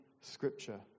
scripture